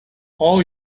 all